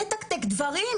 לתקתק דברים.